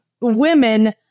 women